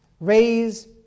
Raise